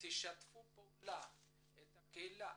לשתף פעולה עם הקהילה.